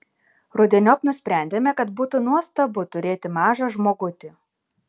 rudeniop nusprendėme kad būtų nuostabu turėti mažą žmogutį